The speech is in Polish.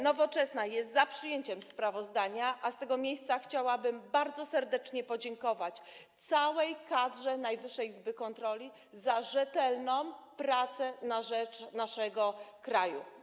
Nowoczesna jest za przyjęciem sprawozdania, a z tego miejsca chciałabym bardzo serdecznie podziękować całej kadrze Najwyższej Izby Kontroli za rzetelną pracę na rzecz naszego kraju.